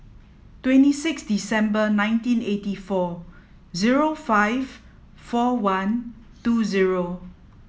twenty six December nineteen eighty four zero five four one two zero